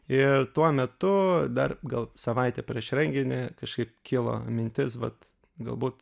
ir tuo metu dar gal savaitę prieš renginį kažkaip kilo mintis vat galbūt